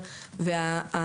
קודם כל בואו ניזכר,